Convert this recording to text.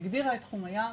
הגדירה את תחום הים,